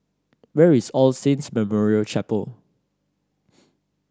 where is All Saints Memorial Chapel